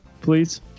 please